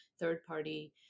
third-party